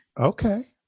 Okay